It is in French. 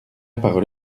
parole